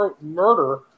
murder